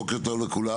בוקר טוב לכולם,